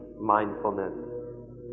mindfulness